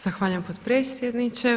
Zahvaljujem potpredsjedniče.